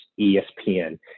ESPN